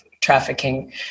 trafficking